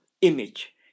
image